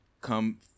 come